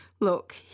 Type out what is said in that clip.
Look